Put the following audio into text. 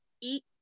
eat